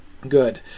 good